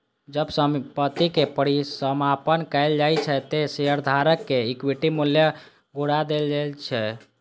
जब संपत्ति के परिसमापन कैल जाइ छै, ते शेयरधारक कें इक्विटी मूल्य घुरा देल जाइ छै